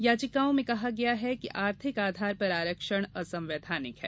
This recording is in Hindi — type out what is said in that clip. याचिकाओं में कहा गया है कि आर्थिक आधार पर आरक्षण असंवैधानिक है